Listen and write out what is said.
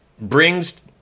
brings